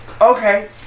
Okay